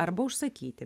arba užsakyti